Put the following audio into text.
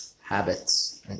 habits